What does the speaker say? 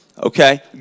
Okay